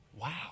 Wow